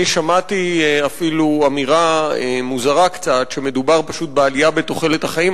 אני שמעתי אפילו אמירה מוזרה קצת שמדובר פשוט בעלייה בתוחלת החיים,